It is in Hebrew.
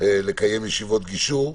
לקיים ישיבות גישור.